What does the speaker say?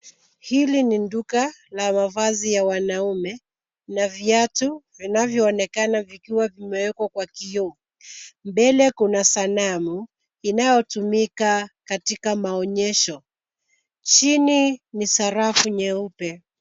Hili ni duka la mavazi ya wanaume na viatu vinavyoonekana vikiwa vimeekwa kwa kioo. Mbele kuna sanamu inayotumika katika maonyesho. Chini ni sarafu nyeupe.